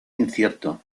incierto